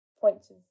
points